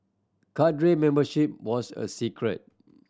cadre membership was a secret